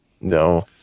No